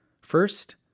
First